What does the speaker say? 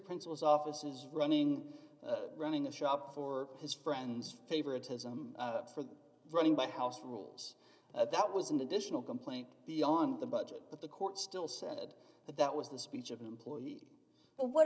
principal's office is running running the shop for his friends favoritism for the running back house rules that was an additional complaint the on the budget that the court still said that that was the speech of an employee but what